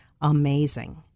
Amazing